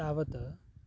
तावत्